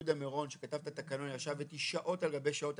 ויהודה מירון שכתב את התקנון ישב איתי שעות על גבי שעות,